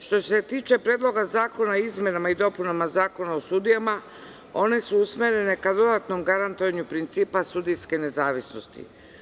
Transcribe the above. Što se tiče Predloga zakona o izmenama i dopunama Zakona o sudijama, one su usmerene ka dodatnom garantovanju principa sudijske nezavisnosti.